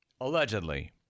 Allegedly